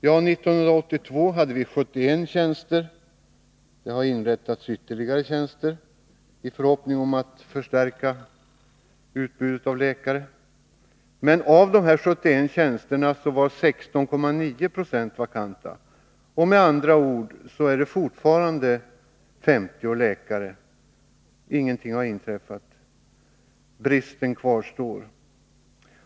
Ja, 1982 hade vi 71 tjänster — det har inrättats ytterligare tjänster i förhoppning om att kunna förstärka utbudet av läkare — men av de 71 tjänsterna var 16,9 20 vakanta. Med andra ord är det fortfarande 50 läkare. Ingenting har inträffat, utan bristen kvarstår.